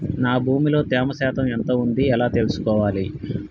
నా భూమి లో తేమ శాతం ఎంత ఉంది ఎలా తెలుసుకోవాలే?